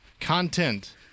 Content